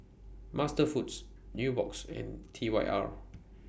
MasterFoods Nubox and T Y R